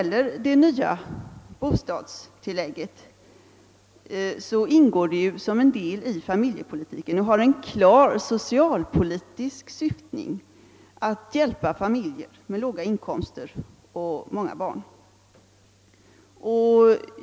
Det nya bostadstillägget ingår som en del i familjepolitiken. Det har det klara socialpolitiska syftet att hjälpa familjer med låga inkomster och många barn.